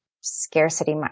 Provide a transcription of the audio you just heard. scarcity